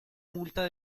multa